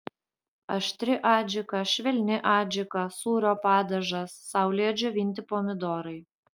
aštri adžika švelni adžika sūrio padažas saulėje džiovinti pomidorai